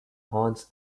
horns